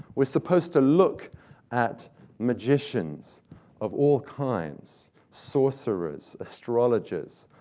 we're supposed to look at magicians of all kinds, sorcerers, astrologers,